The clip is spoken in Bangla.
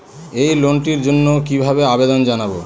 এই লোনটির জন্য কিভাবে আবেদন জানাবো?